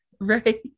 Right